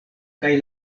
kaj